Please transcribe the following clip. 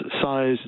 size